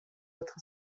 votre